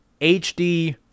HD